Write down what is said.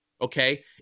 okay